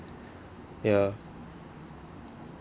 ya